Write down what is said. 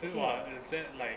then what is it like